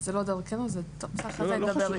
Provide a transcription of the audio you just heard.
--- זה לא דרכנו, טוב, אחרי זה נדבר על זה.